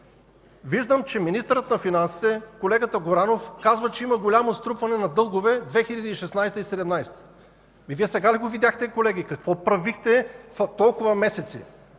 Виждам, че министърът на финансите колегата Горанов казва, че има голямо струпване на дългове 2016-2017 г. Ами, Вие сега ли го видяхте, колеги? Какво правихте толкова месеци?